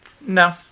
No